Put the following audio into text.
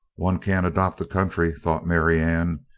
one can't adopt a country, thought marianne,